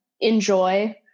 enjoy